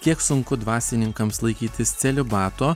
kiek sunku dvasininkams laikytis celibato